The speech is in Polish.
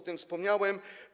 O tym wspomniałem.